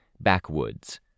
backwoods